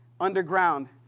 underground